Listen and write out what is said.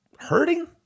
Hurting